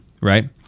right